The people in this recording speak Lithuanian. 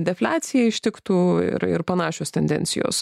defliacija ištiktų ir ir panašios tendencijos